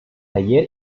taller